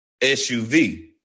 SUV